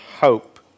hope